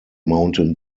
mountain